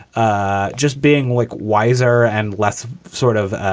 ah just being like wiser and less sort of